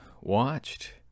watched